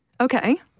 Okay